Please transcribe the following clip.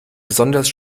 besonders